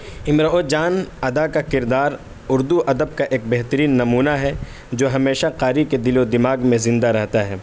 امراؤ جان ادا کا کردار اردو ادب کا ایک بہترین نمونہ ہے جو ہمیشہ قاری کے دل و دماغ میں زندہ رہتا ہے